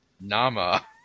nama